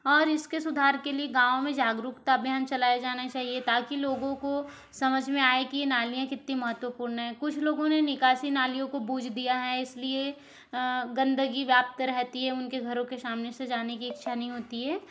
और इसके सुधार के लिए गाँव में जागरूकता अभियान चलाया जाना चाहिए ताकि लोगों को समझ में आए कि ये नालियाँ कितनी महत्वपूर्ण हैं कुछ लोगों ने निकासी नालियों को बूझ दिया है इसलिए गंदगी व्याप्त रहती है उनके घरों के सामने से जाने की इच्छा नहीं होती है